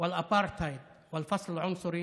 להלן תרגומם: הקיפוח והעוינות והאפרטהייד וההפרדה הגזעית